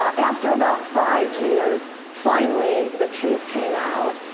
um after about five years, finally the truth came out,